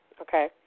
okay